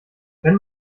wenn